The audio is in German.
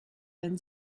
wenn